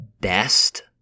best